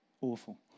awful